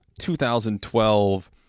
2012